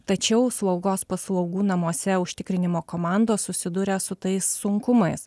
tačiau slaugos paslaugų namuose užtikrinimo komandos susiduria su tais sunkumais